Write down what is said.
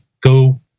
go